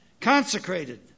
consecrated